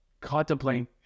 contemplating